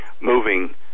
moving